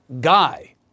guy